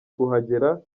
kuhagera